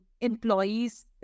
employees